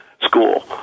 school